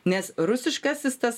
nes rusiškasis tas